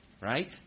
Right